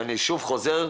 אני שוב חוזר,